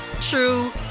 true